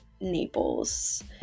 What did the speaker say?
Naples